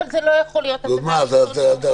אבל זה לא יכול להיות --- זה כואב,